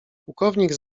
pułkownik